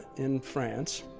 in france.